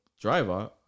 driver